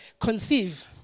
conceive